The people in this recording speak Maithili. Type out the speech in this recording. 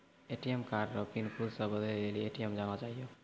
ए.टी.एम कार्ड रो पिन खुद से बदलै लेली ए.टी.एम जाना चाहियो